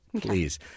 Please